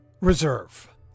reserve